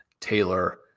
Taylor